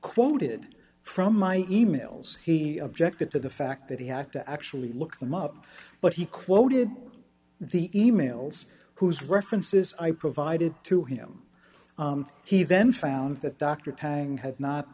quoted from my emails he objected to the fact that he had to actually look them up but he quoted the emails whose references i provided to him he then found that dr tang had not